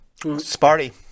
Sparty